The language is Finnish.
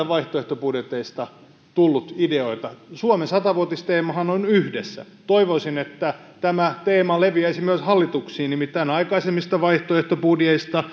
vaihtoehtobudjeteista tullut ideoita suomen sata vuotisteemahan on yhdessä toivoisin että tämä teema leviäisi myös hallitukseen nimittäin aikaisemmista vaihtoehtobudjeteista